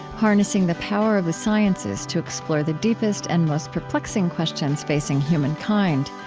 harnessing the power of the sciences to explore the deepest and most perplexing questions facing human kind.